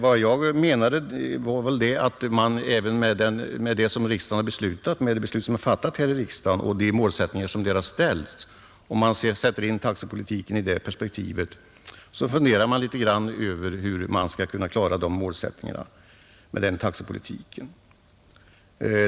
Vad jag menade var att man kan fundera över hur man skall kunna klara de målsättningar som vi har uppställt här i riksdagen, om man sätter in taxepolitiken i det perspektivet.